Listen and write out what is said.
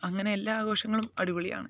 അങ്ങനെ എല്ലാ ആഘോഷങ്ങളും അടിപൊളിയാണ്